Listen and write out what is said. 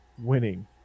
winning